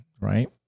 right